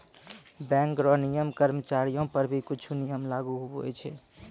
bank रो नियम कर्मचारीयो पर भी कुछु नियम लागू हुवै छै